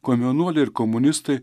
komjaunuoliai ir komunistai